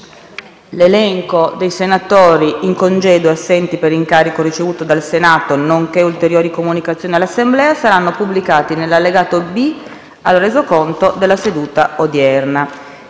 L'elenco dei senatori in congedo e assenti per incarico ricevuto dal Senato, nonché ulteriori comunicazioni all'Assemblea saranno pubblicati nell'allegato B al Resoconto della seduta odierna.